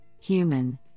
human